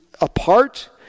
apart